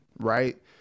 right